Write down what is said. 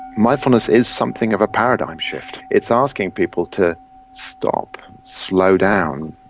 mindfulness is something of a paradigm shift. it's asking people to stop, slow down,